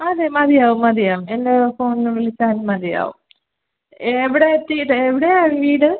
അതെ മതിയാവും മതിയാവും എന്നെ ഫോണിൽ വിളിച്ചാലും മതിയാവും എവിടെ എത്തിയിട്ട് എവിടെയാണ് വീട്